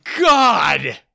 God